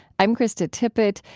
i'm krista tippett.